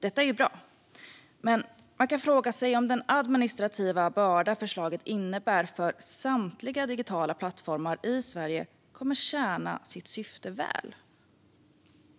Detta är bra, men man kan fråga sig om den administrativa börda förslaget innebär för samtliga digitala plattformar i Sverige kommer att tjäna sitt syfte väl.